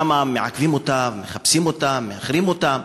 שם מעכבים אותם, מחפשים אותם, מאחרים אותם.